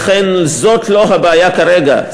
לכן זאת לא הבעיה כרגע.